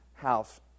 house